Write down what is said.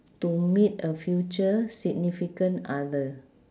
to meet a future significant other